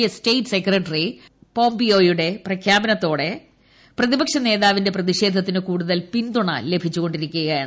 S state secretary Mike പോംപിയോയുടെ പ്രഖ്യാപനത്തോടെ പ്രതിപക്ഷ നേതാവിന്റെ പ്രതിഷേധത്തിന് കൂടുതൽ പിന്തുണ ലഭിച്ചുകൊണ്ടിരിക്കുകയാണ്